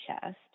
chest